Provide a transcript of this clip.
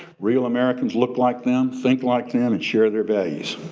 real americans look like them, think like them and share their values.